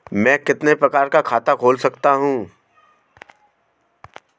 मैं कितने प्रकार का खाता खोल सकता हूँ?